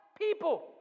people